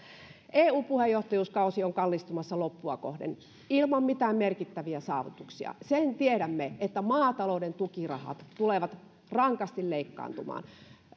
eu puheenjohtajuuskausi on kallistumassa loppua kohden ilman mitään merkittäviä saavutuksia sen tiedämme että maatalouden tukirahat tulevat rankasti leikkaantumaan